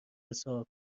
حساب